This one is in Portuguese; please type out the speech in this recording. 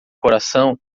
coração